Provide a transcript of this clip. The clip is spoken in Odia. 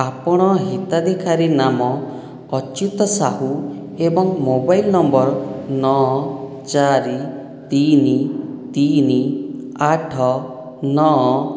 ଆପଣ ହିତାଧିକାରୀ ନାମ ଅଚ୍ୟୁତ ସାହୁ ଏବଂ ମୋବାଇଲ ନମ୍ବର ନଅ ଚାରି ତିନି ତିନି ଆଠ ନଅ